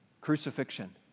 crucifixion